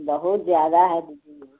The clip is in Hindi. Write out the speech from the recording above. बहुत ज्यादा है